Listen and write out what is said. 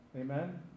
Amen